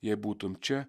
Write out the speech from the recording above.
jei būtum čia